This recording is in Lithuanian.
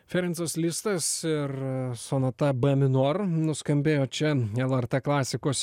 ferencas listas ir sonata b minor nuskambėjo čia lrt klasikos